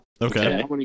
Okay